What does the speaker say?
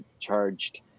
charged